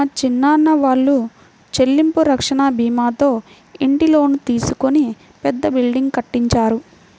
మా చిన్నాన్న వాళ్ళు చెల్లింపు రక్షణ భీమాతో ఇంటి లోను తీసుకొని పెద్ద బిల్డింగ్ కట్టించారు